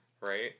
Right